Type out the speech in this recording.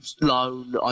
loan